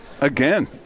again